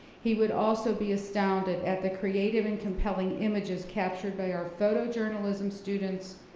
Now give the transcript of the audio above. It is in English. he would also be astounded at the creative and compelling images captured by our photojournalism students,